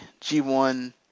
G1